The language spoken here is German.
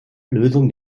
lösung